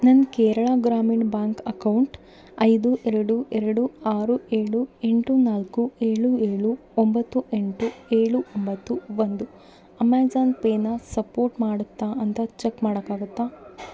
ನನ್ನ Kerala Grameen bank account ಐದು ಎರಡು ಎರಡು ಆರು ಏಳು ಎಂಟು ನಾಲ್ಕು ಏಳು ಏಳು ಒಂಬತ್ತು ಎಂಟು ಏಳು ಒಂಬತ್ತು ಒಂದು ಅಮೇಜಾನ್ ಪೇಯನ್ನ ಸಪೋರ್ಟ್ ಮಾಡತ್ತಾ ಅಂತ ಚೆಕ್ ಮಾಡೋಕ್ಕಾಗತ್ತಾ